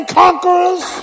conquerors